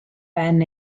ben